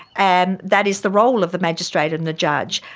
and that is the role of the magistrate and the judge.